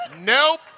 nope